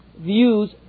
views